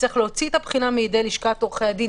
צריך להוציא את הבחינה מידי לשכת עורכי הדין.